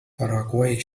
paraguay